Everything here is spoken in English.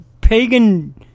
pagan